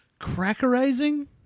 crackerizing